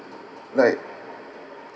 like